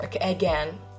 again